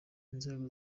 inzego